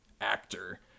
actor